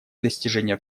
достижение